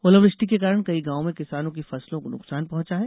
ओलावुष्टि के कारण कई गॉवों में किसानों की फसलों को नुकसान पहॅचा है